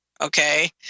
Okay